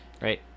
right